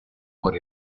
por